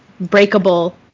Breakable